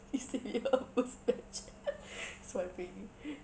it's the utmost match swiping